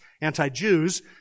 anti-Jews